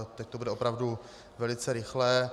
Teď to bude opravdu velice rychlé.